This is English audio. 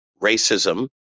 racism